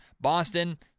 Boston